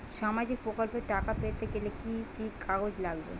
সামাজিক প্রকল্পর টাকা পেতে গেলে কি কি কাগজ লাগবে?